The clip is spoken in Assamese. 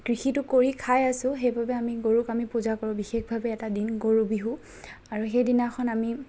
কৃষিটো কৰি খাই আছোঁ সেইবাবে আমি গৰুক আমি পূজা কৰোঁ বিশেষভাৱে পূজা কৰোঁ বিশেষভাৱে এটা দিন গৰু বিহু আৰু সেইদিনাখন আমি